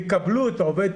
תקבלו את העובד,